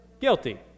Guilty